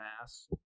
mass